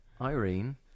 Irene